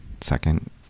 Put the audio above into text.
second